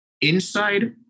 Inside